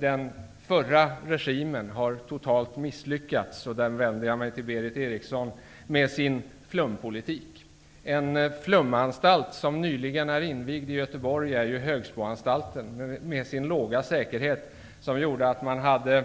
Den förra regimen har totalt misslyckats -- och här vänder jag mig till Berith Eriksson med hennes flumpolitik. En flumanstalt som nyligen har invigts i Göteborg är Högsboanstalten, med dess mycket låga säkerhet. Häromnatten